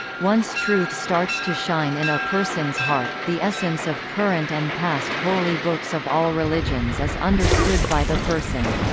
once truth starts to shine in a person's heart, the essence of current and past holy books of all religions is understood by the person.